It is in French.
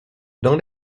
dans